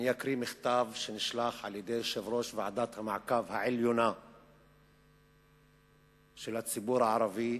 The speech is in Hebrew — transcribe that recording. אני אקרא מכתב שנשלח בידי יושב-ראש ועדת המעקב העליונה של הציבור הערבי